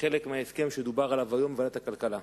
כחלק מההסכם שדובר עליו היום בוועדת הכלכלה.